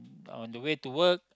on the way to work